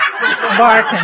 Barking